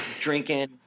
drinking